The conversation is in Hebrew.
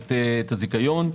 את הזיכיון.